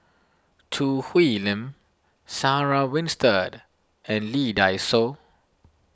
Choo Hwee Lim Sarah Winstedt and Lee Dai Soh